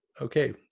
Okay